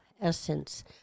essence